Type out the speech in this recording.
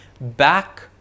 back